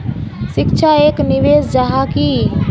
शिक्षा एक निवेश जाहा की?